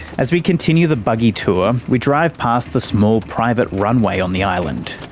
as we continue the buggy-tour we drive past the small private runway on the island.